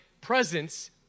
presence